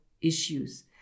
issues